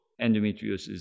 endometriosis